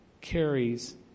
carries